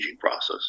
process